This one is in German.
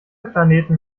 planeten